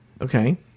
Okay